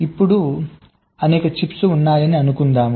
ఇప్పుడు అక్కడ అనేక చిప్స్ ఉన్నాయని అనుకుందాం